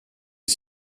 est